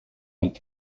und